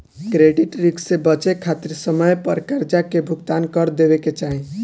credit risk से बचे खातिर समय पर करजा के भुगतान कर देवे के चाही